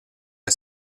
est